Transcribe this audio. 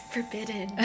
Forbidden